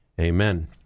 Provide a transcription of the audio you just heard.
amen